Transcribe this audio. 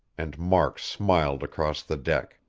and mark smiled across the deck.